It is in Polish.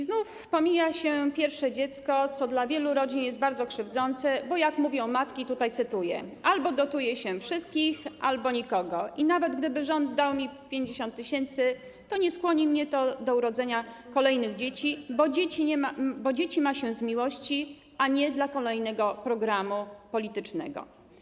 Znów pomija się pierwsze dziecko, co dla wielu rodzin jest bardzo krzywdzące, bo jak mówią matki - tutaj cytuję - albo dotuje się wszystkich, albo nikogo i nawet gdyby rząd dał mi 50 tys., to nie skłonni mnie to do urodzenia kolejnych dzieci, bo dzieci ma się z miłości, a nie dla kolejnego programu politycznego.